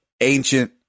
ancient